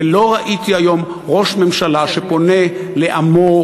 ולא ראיתי היום ראש ממשלה שפונה לעמו,